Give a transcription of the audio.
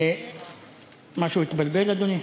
משהו התבלבל, אדוני?